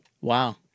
Wow